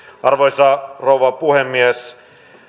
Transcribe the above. arvoisa rouva puhemies